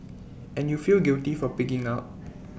and you feel guilty for pigging out